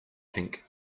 pink